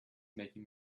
making